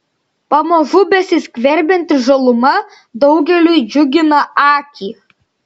pamažu besiskverbianti žaluma daugeliui džiugina akį